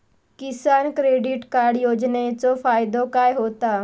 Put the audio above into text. किसान credit card योजनेचो फायदो काय होता?